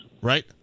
Right